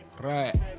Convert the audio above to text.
Right